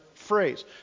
phrase